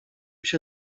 się